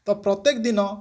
ତ ପ୍ରତ୍ୟେକ୍ ଦିନ୍